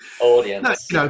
audience